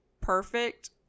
perfect